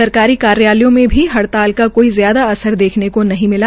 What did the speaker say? सरकारी कार्यालयों में भी हड़ताल का कोई ज्यादा असर नहीं देखने को मिला